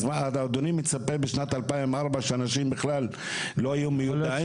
איך אדוני מצפה שבשנת 2004 אנשים יהיו מיודעים?